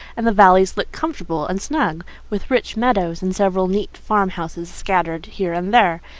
and the valley looks comfortable and snug with rich meadows and several neat farm houses scattered here and there.